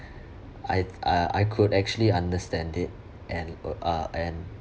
I uh I could actually understand it and o~ uh and